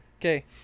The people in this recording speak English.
Okay